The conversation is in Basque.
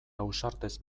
ausartez